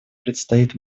предстоит